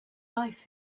life